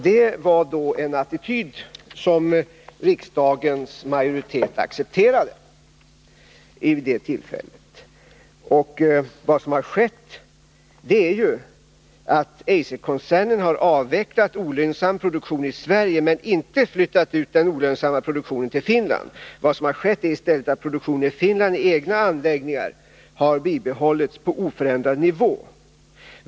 Det var en attityd som riksdagens majoritet accepterade vid det tillfället. Vad som skett är att Eiserkoncernen har avvecklat olönsam produktion i Sverige. Men man har inte flyttat ut denna till Finland, utan produktionen i Finland i egna anläggningar har bibehållits på oförändrad nivå.